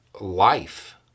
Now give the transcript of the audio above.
life